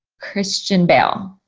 christian bale,